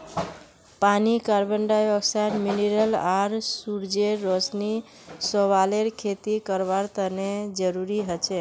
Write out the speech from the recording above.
पानी carbon dioxide mineral आर सूरजेर रोशनी शैवालेर खेती करवार तने जरुरी हछेक